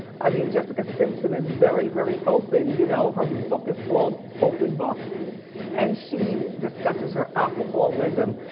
i mean, jessica simpson is very very open, you know. her book is called open book and she discusses her alcoholism,